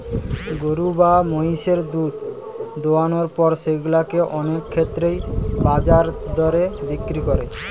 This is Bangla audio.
গরু বা মহিষের দুধ দোহানোর পর সেগুলা কে অনেক ক্ষেত্রেই বাজার দরে বিক্রি করে